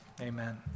Amen